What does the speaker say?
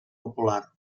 popular